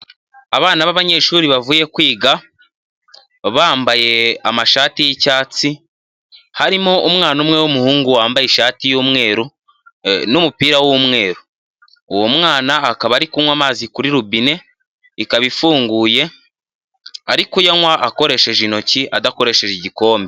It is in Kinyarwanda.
abana b'abanyeshuri bavuye kwiga bambaye amashati y'icyatsi, harimo umwana umwe w'umuhungu wambaye ishati yumweru n'umupira wumweru, uwo mwana akaba ari kunywa amazi kuri rubine ikaba ifunguye ari kuyanywa akoresheje intoki adakoresheje igikombe.